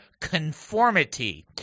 conformity